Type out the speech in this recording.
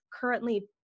currently